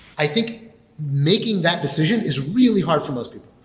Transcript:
i think making that decision is really hard for most people.